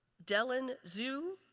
delin zu,